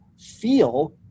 feel